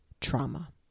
trauma